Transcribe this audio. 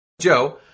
Joe